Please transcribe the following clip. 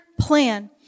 plan